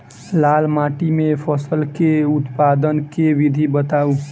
लाल माटि मे फसल केँ उत्पादन केँ विधि बताऊ?